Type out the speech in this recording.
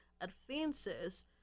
advances